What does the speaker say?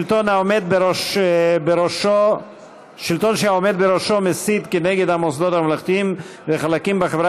שלטון שהעומד בראשו מסית כנגד המוסדות הממלכתיים וחלקים בחברה